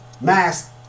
mask